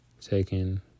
taken